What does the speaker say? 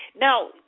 Now